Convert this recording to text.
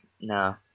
No